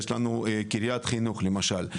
יש לנו קריית חינוך, למשל.